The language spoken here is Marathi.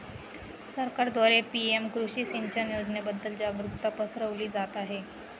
सरकारद्वारे पी.एम कृषी सिंचन योजनेबद्दल जागरुकता पसरवली जात आहे